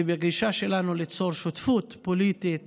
ובגישה שלנו ליצור שותפות פוליטית